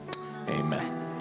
amen